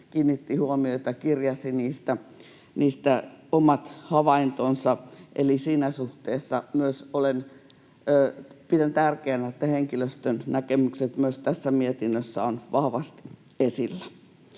ei välttämättä siellä paras mahdollinen ollut. Eli siinä suhteessa myös pidän tärkeänä, että henkilöstön näkemykset myös tässä mietinnössä ovat vahvasti esillä.